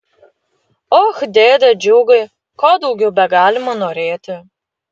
och dėde džiugai ko daugiau begalima norėti